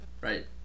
right